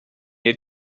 had